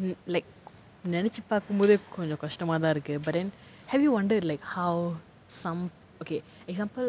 li~ like நெனச்சு பாக்கும்போதே கொஞ்சம் கஷ்டமா தான் இருக்கு:nenachu paakkumpothae konjam kashtamaa thaan irukku but then have you wondered like how some okay example